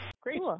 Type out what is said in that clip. Great